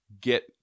get